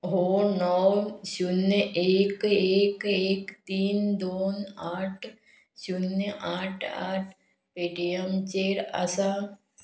हो णव शुन्य एक एक एक तीन दोन आठ शुन्य आठ आठ पेटीएमचेर आसा